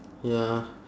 ya